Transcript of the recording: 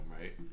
right